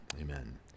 Amen